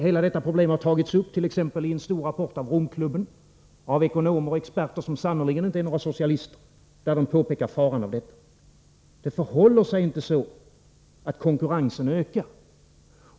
Hela detta problem har tagits upp t.ex. i en stor rapport från Romklubben. Där pekar ekonomer och experter som sannerligen inte är några socialister på faran av denna utveckling. Det förhåller sig inte så att konkurrensen ökar.